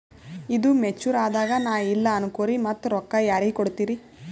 ಈದು ಮೆಚುರ್ ಅದಾಗ ನಾ ಇಲ್ಲ ಅನಕೊರಿ ಮತ್ತ ರೊಕ್ಕ ಯಾರಿಗ ಕೊಡತಿರಿ?